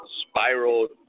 spiraled